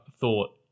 thought